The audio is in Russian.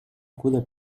года